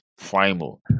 primal